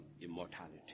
immortality